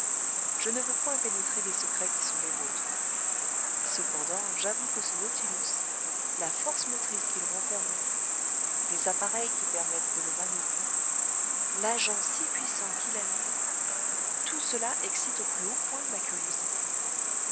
je ne veux point pénétrer des secrets qui sont les vôtres cependant j'avoue que ce nautilus la force motrice qu'il renferme en lui les appareils qui permettent de le manoeuvrer l'agent si puissant qui l'anime tout cela excite au plus haut point ma curiosité